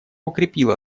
укрепила